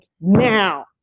now